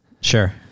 Sure